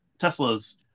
Teslas